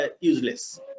useless